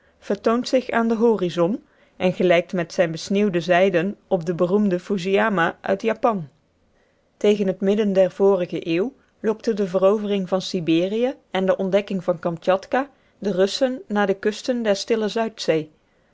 vertoont zich aan den horizon en gelijkt met zijne besneeuwde zijden op den beroemden fusiyama uit japan tegen het midden der vorige eeuw lokte de verovering van siberië en de ontdekking van kamschatka de kussen naar de kusten der stille zuidzee